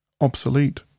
obsolete